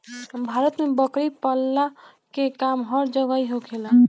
भारत में बकरी पलला के काम हर जगही होखेला